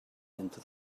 into